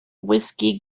whisky